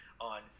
On